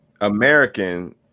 American